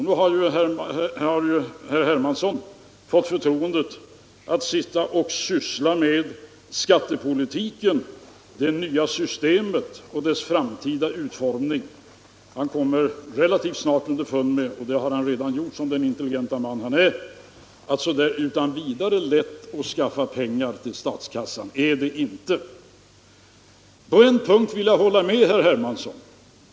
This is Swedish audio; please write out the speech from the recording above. Nu har ju herr Hermansson fått förtroendet att syssla med skattepolitiken, det nya skattesystemet och dess framtida utformning, och då kommer han relativt snart underfund med — det har han förmodligen redan gjort, som den intelligente man han är — att det är inte så alldeles lätt att skaffa pengar till statskassan. På en punkt vill jag emellertid hålla med herr Hermansson.